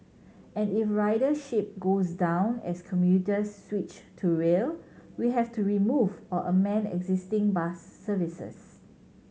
and if ridership goes down as commuters switch to rail we have to remove or amend existing bus services